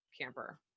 camper